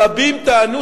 רבים טענו,